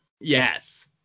Yes